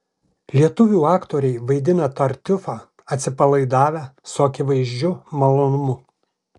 lietuvių aktoriai vaidina tartiufą atsipalaidavę su akivaizdžiu malonumu